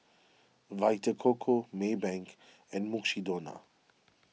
Vita Coco Maybank and Mukshidonna